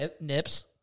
nips